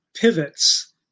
pivots